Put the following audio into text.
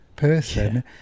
person